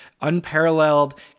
unparalleled